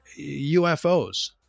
UFOs